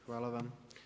Hvala vam.